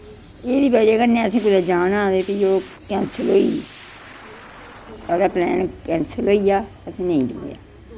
एह्दी बजह कन्नै असैं कुदै जाना दे फ्ही कैंसल होई साढ़ा पलैन कैंसल होईया असैं नेईं जनोआ